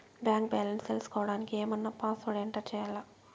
Bank balance తెలుసుకోవడానికి ఏమన్నా password enter చేయాలా?